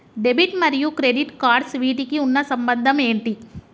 Debit మరియు credit cards వీటికి ఉన్న సంబంధం ఏంటి?